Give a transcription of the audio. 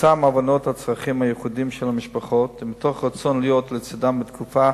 כתוצאה מהבנת הצרכים הייחודיים של המשפחות ומתוך רצון להיות לצדן בתקופה